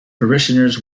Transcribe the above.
parishioners